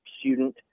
student